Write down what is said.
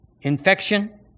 infection